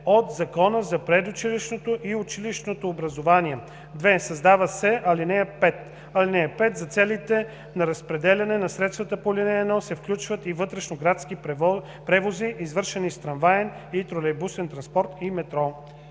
от Закона за предучилищното и училищното образование.” 2. Създава се ал. 5: „(5) За целите на разпределяне на средствата по ал. 1 се включват и вътрешноградски превози, извършени с трамваен и тролейбусен транспорт и метро.“